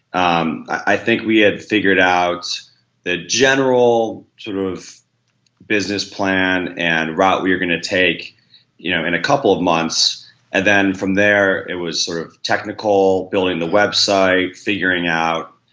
um i think we had figured out that general sort of business plan and what ah we are going to take you know in a couple of months and then from there it was sort of technical, building the website, figuring out